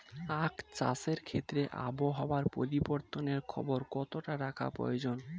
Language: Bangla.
আখ চাষের ক্ষেত্রে আবহাওয়ার পরিবর্তনের খবর কতটা রাখা প্রয়োজন?